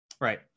Right